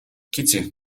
кити